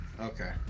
Okay